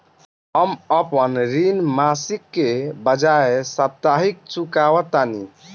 हम अपन ऋण मासिक के बजाय साप्ताहिक चुकावतानी